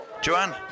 Joanne